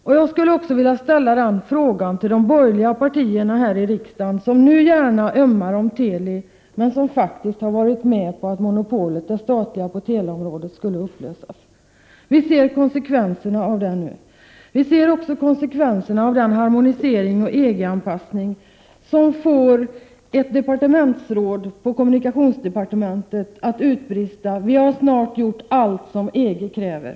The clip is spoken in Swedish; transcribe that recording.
Den frågan skulle jag vilja ställa också till de borgerliga partierna i riksdagen som nu ömmar om Teli men som faktiskt medverkade till att det statliga monopolet på teleområdet upplöstes. Vi ser konsekvenserna av detta nu. Vi ser också konsekvenserna av den harmonisering och EG-anpassning som fick ett departementsråd på kommunikationsdepartementet att utbrista: Vi har snart gjort allt som EG kräver.